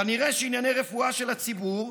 כנראה שענייני רפואה של הציבור,